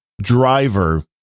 driver